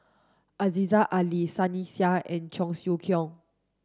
Aziza Ali Sunny Sia and Cheong Siew Keong